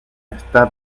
está